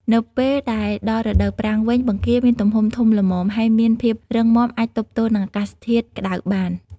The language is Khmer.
នៅពេលដែលដល់រដូវប្រាំងវិញ បង្គាមានទំហំធំល្មម ហើយមានភាពរឹងមាំអាចទប់ទល់នឹងអាកាសធាតុក្ដៅបាន។